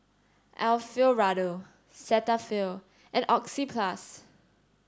Alfio Raldo Cetaphil and Oxyplus